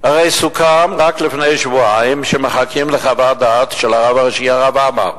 הרי סוכם רק לפני שבועיים שמחכים לחוות הדעת של הרב הראשי הרב עמאר.